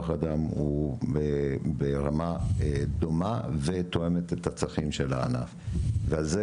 האדם הוא ברמה דומה ותואמת את הצרכים של הענף ועל זה